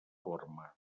forma